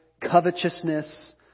covetousness